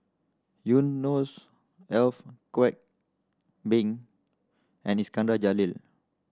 Ef Kwek Beng and Iskandar Jalil